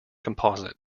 composite